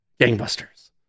gangbusters